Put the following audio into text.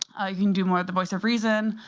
you can do more at the voice of reason.